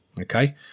Okay